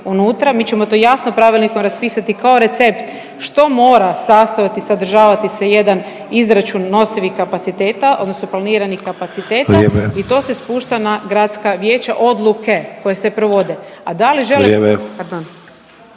mi ćemo to jasno pravilnikom raspisati kao recept što mora sastojati i sadržavati se jedan izračun nosivih kapaciteta odnosno planiranih kapaciteta…/Upadica Sanader: Vrijeme./… i to se spušta na gradska vijeća odluke koje se provode, a da li…/Upadica